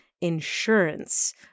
insurance